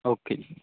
okay ਜੀ